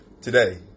today